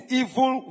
evil